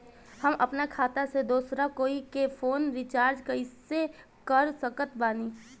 हम अपना खाता से दोसरा कोई के फोन रीचार्ज कइसे कर सकत बानी?